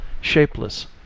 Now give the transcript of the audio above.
shapeless